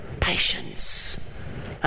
Patience